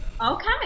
Okay